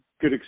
good